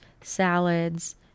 salads